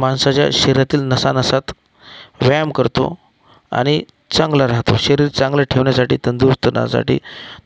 माणसाच्या शरीरातील नसानसात व्यायाम करतो आणि चांगला राहतो शरीर चांगलं ठेवण्यासाठी तंदुरुस्त रासाठी